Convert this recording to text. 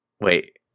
wait